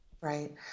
Right